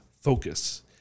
focus